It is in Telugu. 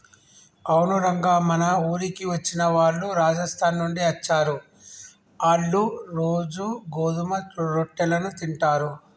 అవును రంగ మన ఊరికి వచ్చిన వాళ్ళు రాజస్థాన్ నుండి అచ్చారు, ఆళ్ళ్ళు రోజూ గోధుమ రొట్టెలను తింటారు